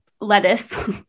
lettuce